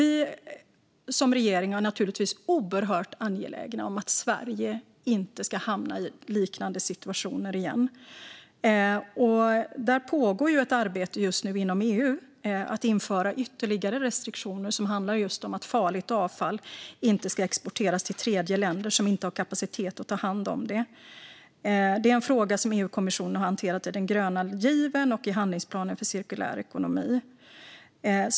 Regeringen är givetvis oerhört angelägen om att Sverige inte ska hamna i liknande situationer igen. Nu pågår ett arbete inom EU för att införa ytterligare restriktioner så att farligt avfall inte kan exporteras till tredjeländer som saknar kapacitet att ta hand om det. Denna fråga har EU-kommissionen hanterat i den gröna given och i handlingsplanen för cirkulär ekonomi.